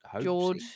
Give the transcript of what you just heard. George